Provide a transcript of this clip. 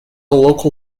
local